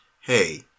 hey